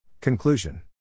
Conclusion